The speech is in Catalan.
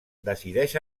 decideix